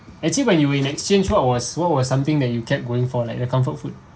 actually when you in exchange what was what was something that you kept going for like the comfort food